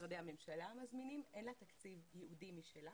משרדי הממשלה מזמינים, אין לה תקציב ייעודי משלה,